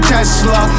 Tesla